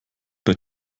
bei